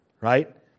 right